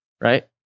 right